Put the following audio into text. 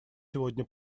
сегодня